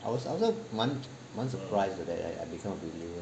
I was also 蛮蛮 surprise that I I I become a believer